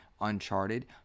Uncharted